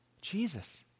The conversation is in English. Jesus